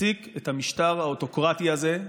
להפסיק את המשטר האוטוקרטי הזה,